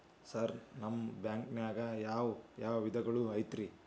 Sir ನಿಮ್ಮ ಬ್ಯಾಂಕನಾಗ ಯಾವ್ ಯಾವ ನಿಧಿಗಳು ಐತ್ರಿ?